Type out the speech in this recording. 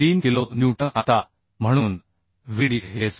3 kilo newton आता म्हणून Vdsb